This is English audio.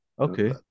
Okay